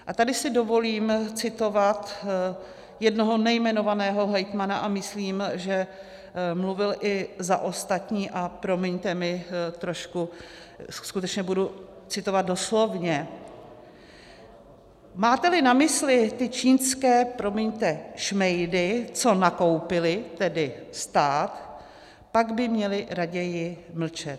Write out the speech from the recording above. A tady si dovolím citovat jednoho nejmenovaného hejtmana, a myslím, že mluvil i za ostatní, a promiňte mi trošku, skutečně budu citovat doslovně: Máteli na mysli ty čínské promiňte šmejdy, co nakoupili, tedy stát, pak by měli raději mlčet.